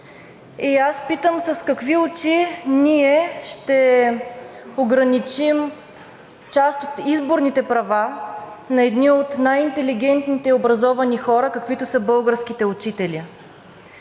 И аз питам: с какви очи ние ще ограничим част от изборните права на едни от най-интелигентните и образованите хора, каквито са българските учители,